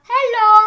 Hello